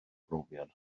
profiad